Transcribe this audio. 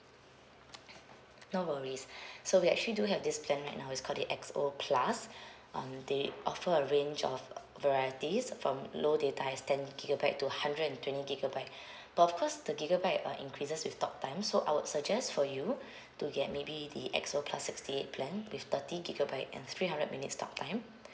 no worries so we actually do have this plan right now it's call the X_O plus um they offer a range of varieties from low data as ten gigabyte to hundred and twenty gigabyte but of course the gigabyte uh increases with talk time so I would suggest for you to get maybe the X_O plus sixty eight plan with thirty gigabyte and three hundred minutes talk time